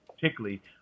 particularly